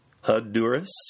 Honduras